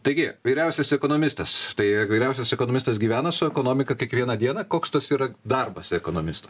taigi vyriausias ekonomistas tai vyriausias ekonomistas gyvena su ekonomika kiekvieną dieną koks tas yra darbas ekonomisto